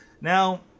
Now